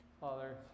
Father